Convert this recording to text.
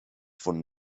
von